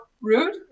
rude